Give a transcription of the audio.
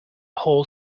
whole